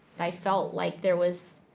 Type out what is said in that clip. i felt like there was.